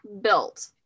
built